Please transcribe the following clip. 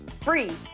free.